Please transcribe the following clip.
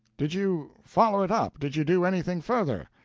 did you follow it up? did you do anything further?